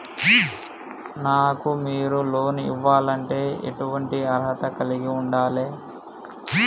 నాకు మీరు లోన్ ఇవ్వాలంటే ఎటువంటి అర్హత కలిగి వుండాలే?